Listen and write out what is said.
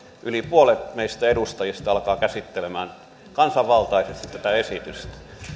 yli puolet meistä edustajista alkaa käsittelemään kansanvaltaisesti tätä esitystä